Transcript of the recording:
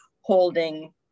holding